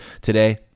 today